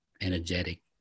energetic